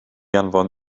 anfon